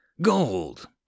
Gold